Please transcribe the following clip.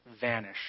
vanish